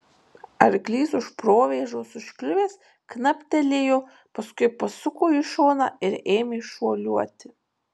arklys už provėžos užkliuvęs knaptelėjo paskui pasuko į šoną ir ėmę šuoliuoti